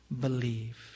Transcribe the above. believe